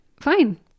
fine